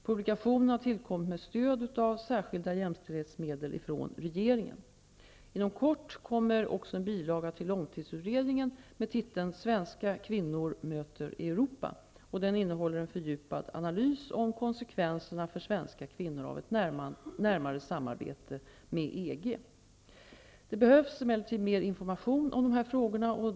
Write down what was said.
Publikationen har tillkommit med stöd av särskilda jämställdhetsmedel från regeringen. Inom kort kommer också en bilaga till långtidsutredningen med titeln Svenska kvinnor möter Europa. Den innehåller en fördjupad analys av konsekvenserna för svenska kvinnor av ett närmare samarbete med Det behövs emellertid mer information om dessa frågor.